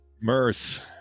Mirth